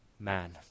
man